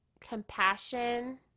Compassion